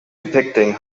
depicting